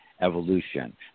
Evolution